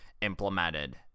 implemented